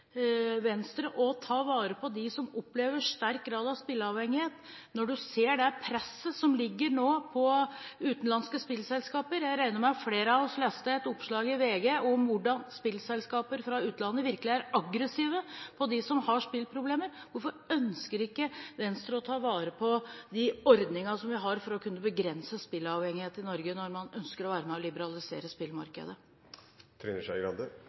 Venstre å ta vare på dem som opplever sterk grad av spilleavhengighet, når en ser det presset som nå ligger på utenlandske spillselskaper? Jeg regner med at flere enn meg leste et oppslag i VG om hvordan spillselskaper i utlandet virkelig er aggressive overfor dem som har spilleproblemer. Hvorfor ønsker ikke Venstre å ta vare på de ordningene som vi har for å kunne begrense spilleavhengighet i Norge, når man ønsker å være med og liberalisere